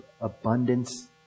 abundance